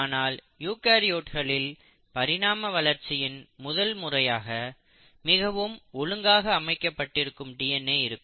ஆனால் யூகரியோட்ஸ்களில் பரிணாம வளர்ச்சியில் முதல் முறையாக மிகவும் ஒழுங்காக அமைக்கப்பட்டிருக்கும் டிஎன்ஏ இருக்கும்